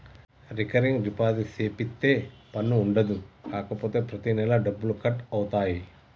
recurring deposit సేపిత్తే పన్ను ఉండదు కాపోతే ప్రతి నెలా డబ్బులు కట్ అవుతాయి